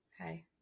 Hi